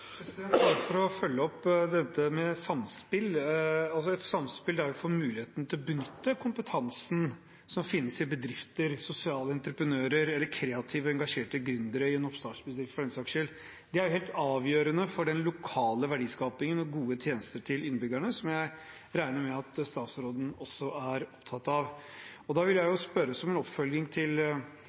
for å følge opp dette med samspill: Et samspill der vi får muligheten til å benytte kompetansen som finnes i bedrifter, hos sosiale entreprenører eller hos kreative og engasjerte gründere i en oppstartsbedrift, for den saks skyld, er helt avgjørende for den lokale verdiskapingen og gode tjenester til innbyggerne, som jeg regner med at statsråden også er opptatt av. Da vil jeg, som en oppfølging